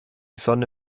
sonne